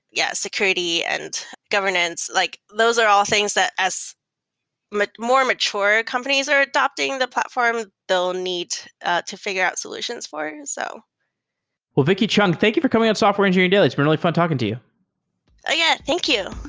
yeah, security and governance. like those are all things that as more more mature companies are adapting the platform, they'll need to fi gure out solutions for. so well, vicki cheung, thank you for coming on software engineering daily. it's been really fun talking to you ah yeah, thank you